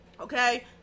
okay